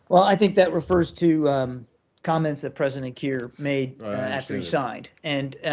well, i think that refers to comments that president kiir made after he signed. and